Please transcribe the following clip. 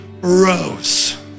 rose